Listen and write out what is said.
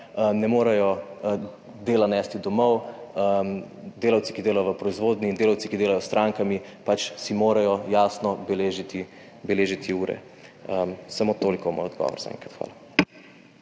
ne morejo dela nesti domov delavci, ki delajo v proizvodnji in delavci, ki delajo s strankami si morajo jasno beležiti ure. Samo toliko moj odgovor za enkrat. Hvala.